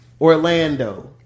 Orlando